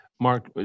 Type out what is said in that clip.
Mark